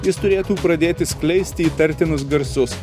jis turėtų pradėti skleisti įtartinus garsus